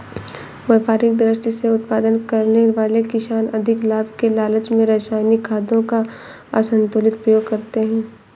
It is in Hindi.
व्यापारिक दृष्टि से उत्पादन करने वाले किसान अधिक लाभ के लालच में रसायनिक खादों का असन्तुलित प्रयोग करते हैं